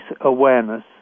awareness